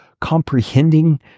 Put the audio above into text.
comprehending